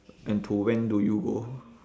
and to when do you go